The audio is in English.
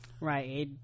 right